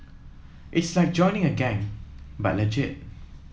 it's like joining a gang but legit